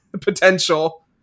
potential